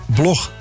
blog